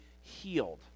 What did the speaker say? healed